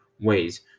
ways